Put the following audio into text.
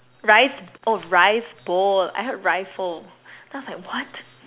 rice oh rice bowl I heard rifle then I was like what